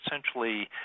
essentially –